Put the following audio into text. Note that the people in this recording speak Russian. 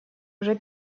уже